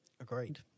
agreed